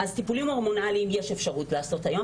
טיפולים הורמונליים יש אפשרות לעשות היום,